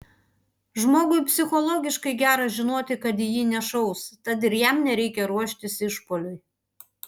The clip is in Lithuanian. žmogui psichologiškai gera žinoti kad į jį nešaus tad ir jam nereikia ruoštis išpuoliui